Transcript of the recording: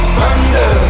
thunder